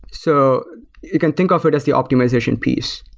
so you can think of it as the optimization piece.